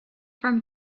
from